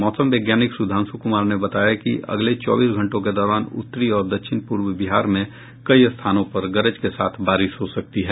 मौसम वैज्ञानिक सुधांशु कुमार ने बताया कि अगले चौबीस घंटों के दौरान उत्तरी और दक्षिण पूर्व बिहार में कई स्थानों पर गरज के साथ बारिश हो सकती है